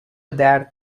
درد